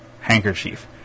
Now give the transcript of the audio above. Handkerchief